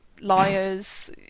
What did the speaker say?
liars